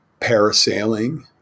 parasailing